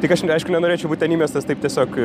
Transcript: tik aš ne aišku nenorėčiau būt ten įmestas taip tiesiog